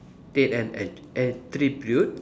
take an at~ attribute